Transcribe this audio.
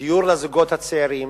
דיור לזוגות הצעירים.